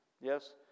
yes